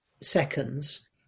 seconds